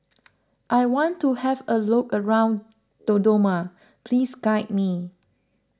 I want to have a look around Dodoma please guide me